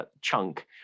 chunk